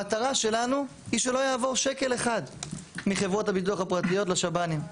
המטרה שלנו היא שלא יעבור שקל אחד מחברות הביטוח הפרטיות לשב"נים.